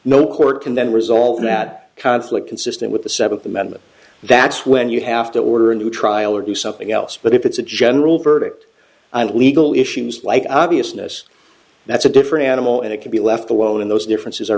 no court can then resolve that conflict consistent with the seventh amendment that's when you have to order a new trial or do something else but if it's a general verdict and legal issues like obviousness that's a different animal and it can be left alone in those differences are